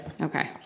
Okay